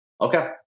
Okay